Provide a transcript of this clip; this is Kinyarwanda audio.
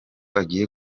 agiye